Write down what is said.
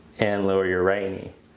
and lower your right